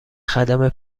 خدمه